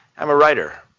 i'm a writer,